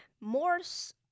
Morse